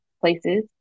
places